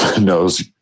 knows